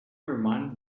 reminded